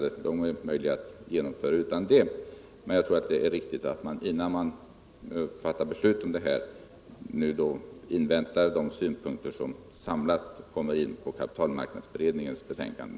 De är ändå möjliga att genomföra. Däremot tror jag det är riktigt att vi, innan vi fattar något beslut, inväntar de samlade synpunkter som förs fram på kapitalmarknadsberedningens betänkande.